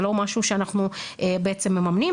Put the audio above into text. זה לא משהו שאנחנו בעצם מממנים.